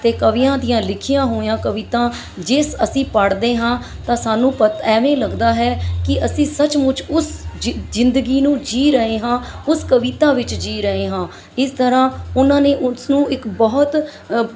ਅਤੇ ਕਵੀਆਂ ਦੀਆਂ ਲਿਖੀਆਂ ਹੋਈਆਂ ਕਵਿਤਾ ਜਿਸ ਅਸੀਂ ਪੜ੍ਹਦੇ ਹਾਂ ਤਾਂ ਸਾਨੂੰ ਪਤਾ ਐਵੇਂ ਲੱਗਦਾ ਹੈ ਕਿ ਅਸੀਂ ਸੱਚ ਮੁੱਚ ਉਸ ਜ ਜ਼ਿੰਦਗੀ ਨੂੰ ਜੀਅ ਰਹੇ ਹਾਂ ਉਸ ਕਵਿਤਾ ਵਿੱਚ ਜੀਅ ਰਹੇ ਹਾਂ ਇਸ ਤਰ੍ਹਾ ਉਹਨਾਂ ਨੇ ਉਸ ਨੂੰ ਇੱਕ ਬਹੁਤ